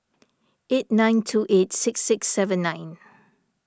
eight nine two eight six six seven nine